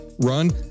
run